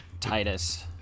Titus